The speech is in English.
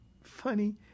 Funny